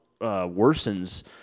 worsens